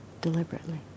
deliberately